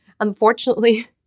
Unfortunately